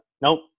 nope